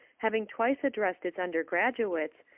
having twice addressed its undergraduates,